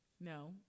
no